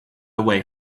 away